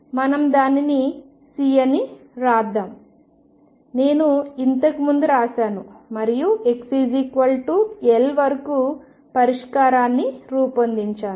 మనం దానిని C అని వ్రాస్దాం నేను ఇంతకు ముందు వ్రాసాను మరియు xL వరకు పరిష్కారాన్ని రూపొందించాను